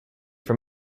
from